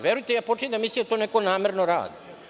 Verujte, počinjem da mislim da to neko namerno radi.